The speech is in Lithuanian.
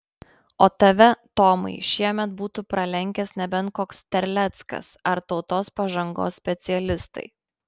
o tave tomai šiemet būtų pralenkęs nebent koks terleckas ar tautos pažangos specialistai